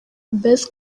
best